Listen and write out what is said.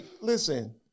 listen